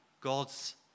God's